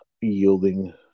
yielding